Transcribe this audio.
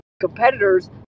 competitors